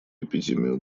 эпидемию